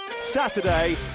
Saturday